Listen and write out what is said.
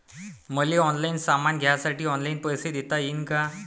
मले ऑनलाईन सामान घ्यासाठी ऑनलाईन पैसे देता येईन का?